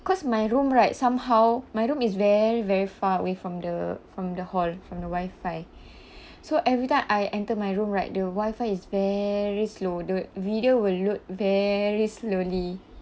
cause my room right somehow my room is very very far away from the from the hall from the wifi so every time I enter my room right the wifi is very slow the video will load very slowly